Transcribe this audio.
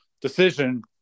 decision